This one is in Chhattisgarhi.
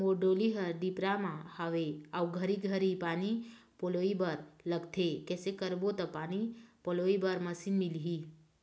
मोर डोली हर डिपरा म हावे अऊ घरी घरी पानी पलोए बर लगथे कैसे करबो त पानी पलोए बर मशीन मिलही?